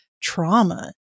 trauma